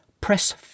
press